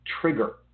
trigger